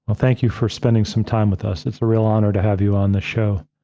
thank you for spending some time with us. it's a real honor to have you on the show.